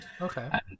Okay